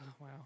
Wow